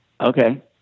Okay